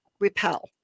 repel